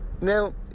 Now